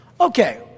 Okay